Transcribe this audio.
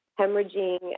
hemorrhaging